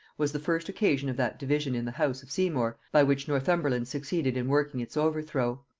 was the first occasion of that division in the house of seymour by which northumberland succeeded in working its overthrow.